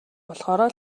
болохоороо